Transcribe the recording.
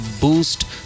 Boost